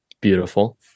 beautiful